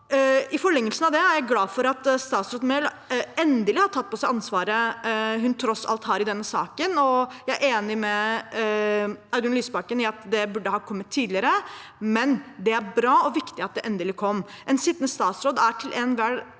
I forlengelsen av det er jeg glad for at statsråd Mehl endelig har tatt på seg ansvaret hun tross alt har i denne saken. Jeg er enig med Audun Lysbakken i at det burde ha kommet tidligere, men det er bra og viktig at det endelig kom. En sittende statsråd er til enhver